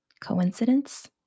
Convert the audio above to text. Coincidence